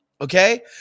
Okay